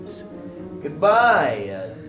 Goodbye